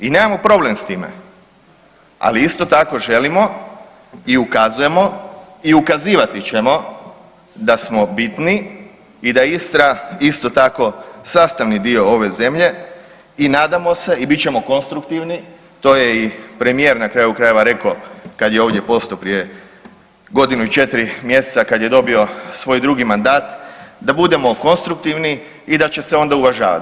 I nemamo problem s time, ali isto tako želimo i ukazujemo i ukazivati ćemo da smo bitni i da Istra isto tako sastavni dio ove zemlje, i nadamo se i bit ćemo konstruktivni, to je i premijer na kraju krajeva rekao, kad je ovdje postao pred godinu i 4 mjeseca, kad je dobio svoj drugi mandat, da budemo konstruktivni i da će se onda uvažavati.